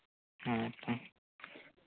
ᱦᱮᱸ ᱦᱮᱸ